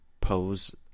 pose